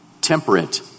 temperate